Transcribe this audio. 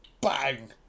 Bang